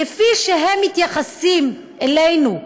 כפי שהם מתייחסים אלינו,